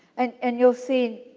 and and, you'll see,